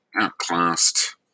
outclassed